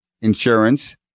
insurance